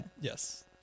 Yes